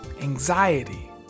anxiety